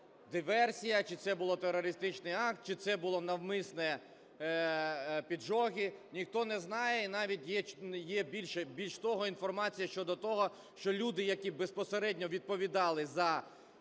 Чи це була диверсія, чи це був терористичний акт, чи це були навмисні поджоги, ніхто не знає. І навіть є, більш того, інформація щодо того, що люди, які безпосередньо відповідали за